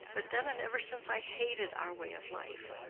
but then and ever since i hated our way of life.